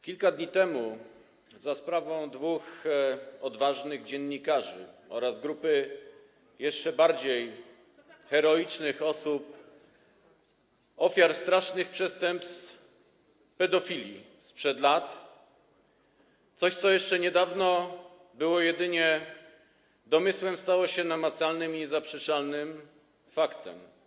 Kilka dni temu, za sprawą dwóch odważnych dziennikarzy oraz grupy jeszcze bardziej heroicznych osób, ofiar strasznych przestępstw pedofilii sprzed lat, coś, co jeszcze niedawno było jedynie domysłem, stało się namacalnym i niezaprzeczalnym faktem.